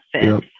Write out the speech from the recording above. fifth